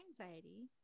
Anxiety